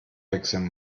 wechseln